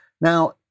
now